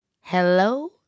Hello